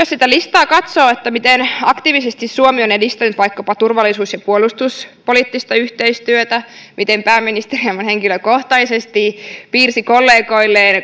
sitä listaa katsoo miten aktiivisesti suomi on edistänyt vaikkapa turvallisuus ja puolustuspoliittista yhteistyötä miten pääministeri aivan henkilökohtaisesti piirsi kollegoilleen